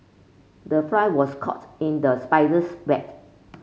the fly was caught in the spider's wet